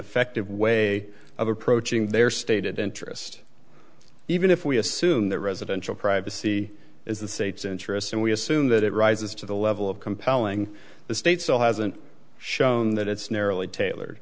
effective way of approaching their stated interest even if we assume that residential privacy is the state's interest and we assume that it rises to the level of compelling the state still hasn't shown that it's narrowly tailored